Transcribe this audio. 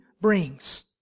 brings